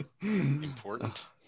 important